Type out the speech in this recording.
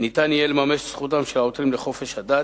ניתן יהא לממש את זכותם של העותרים לחופש הדת,